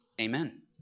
Amen